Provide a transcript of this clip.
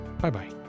Bye-bye